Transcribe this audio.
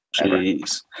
Jeez